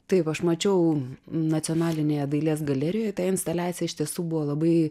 taip aš mačiau nacionalinėje dailės galerijoj ta instaliacija iš tiesų buvo labai